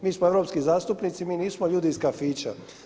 Mi smo europski zastupnici, mi nismo ljudi iz kafića.